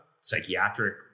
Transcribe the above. psychiatric